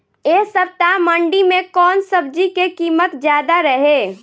एह सप्ताह मंडी में कउन सब्जी के कीमत ज्यादा रहे?